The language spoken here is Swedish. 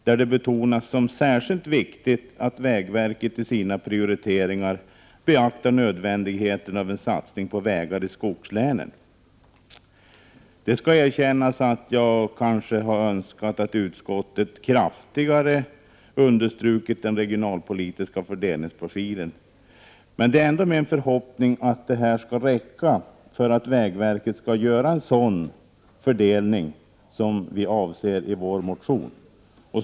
Det betonas där som särskilt viktigt att vägverket i sina prioriteringar beaktar nödvändigheten av en satsning på vägar i skogslänen. Jag skall erkänna att jag hade önskat att utskottet kraftigare hade understrukit den regionalpolitiska fördelningsprofilen. Men det är ändå min förhoppning att detta skall räcka för att vägverket skall göra en sådan fördelning som vi avser i vår motion.